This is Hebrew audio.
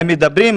הם מדברים,